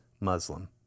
Muslim